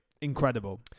Incredible